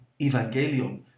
evangelion